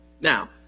Now